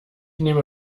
nehme